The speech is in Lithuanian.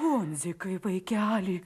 hondzikai vaikeli